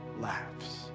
laughs